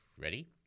Ready